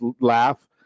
laugh